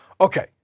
okay